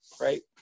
right